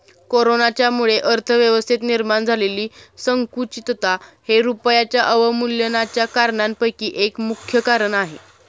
कोरोनाच्यामुळे अर्थव्यवस्थेत निर्माण झालेली संकुचितता हे रुपयाच्या अवमूल्यनाच्या कारणांपैकी एक प्रमुख कारण आहे